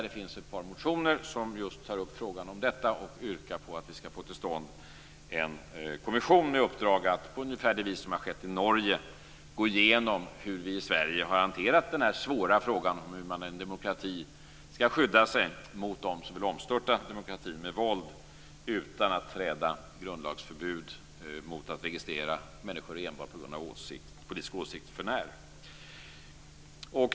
Det finns ett par motioner som tar upp just den frågan och yrkar på att vi skall få till stånd en kommission. Den skulle få i uppdrag att på ungefär samma vis som har skett i Norge gå igenom hur vi i Sverige har hanterat den här svåra frågan. Det handlar om hur man i en demokrati skall skydda sig mot dem som vill omstörta demokratin med våld utan att träda grundlagsförbud mot att registrera människor enbart på grund av politisk åsikt förnär.